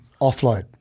offload